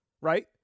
Right